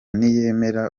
ntiyemera